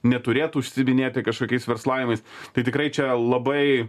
neturėtų užsiiminėti kažkokiais verslavimais tai tikrai čia labai